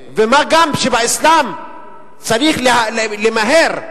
ומה גם שבאסלאם צריך למהר.